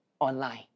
online